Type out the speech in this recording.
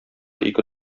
ике